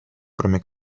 кроме